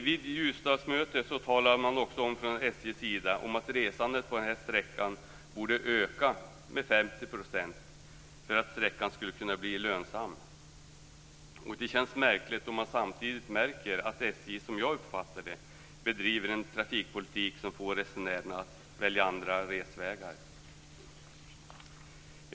Vid Ljusdalsmötet talade man också från SJ:s sida om att resandet på den här sträckan borde öka med 50 % för att sträckan skall bli lönsam. Det känns märkligt då man samtidigt märker att SJ, som jag uppfattar det, bedriver en trafikpolitik som får resenärerna att välja andra resvägar.